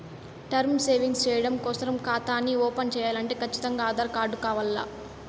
term savings చెయ్యడం కోసరం కాతాని ఓపన్ చేయాలంటే కచ్చితంగా ఆధార్ కార్డు కావాల్ల